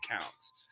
counts